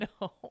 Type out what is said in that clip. no